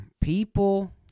people